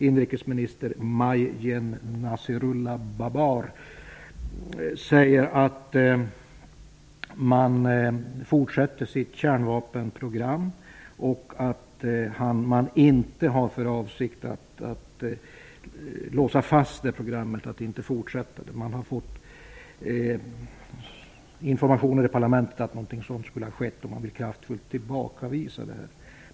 Inrikesminister Maj-Gen Naseerullah Babar säger att man skall fortsätta med kärnvapenprogrammet. Man har inte för avsikt att låsa programmet och inte fortsätta med det. Det har förekommit information i parlamentet om att något sådant skulle ha skett. Det vill han kraftfullt tillbakavisa.